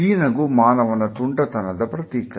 ಈ ನಗು ಮಾನವನ ತುಂಟತನದ ಪ್ರತೀಕ